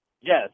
Yes